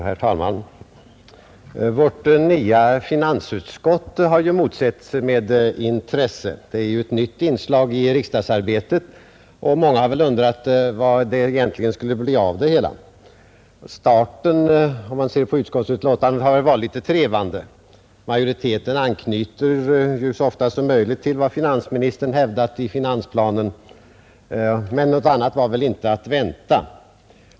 Herr talman! Vårt nya finansutskott har motsetts med intresse. Det är ju ett nytt inslag i riksdagsarbetet. Många har väl undrat hur utskottet egentligen skulle agera. Om man dömer efter förevarande betänkande, så har väl starten varit litet trevande. Majoriteten anknyter så ofta som möjligt till vad finansminstern har hävdat i finansplanen, och något annat var väl inte att vänta.